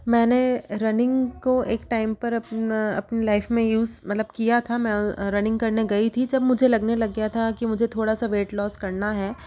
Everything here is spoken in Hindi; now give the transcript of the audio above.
मैंने रनिंग को एक टाइम पर अपन अपने लाइफ में यूज़ मतलब किया था मैं रनिंग करने गई थी तब मुझे लगने लग गया था कि मुझे थोड़ा सा वेट लॉस करना है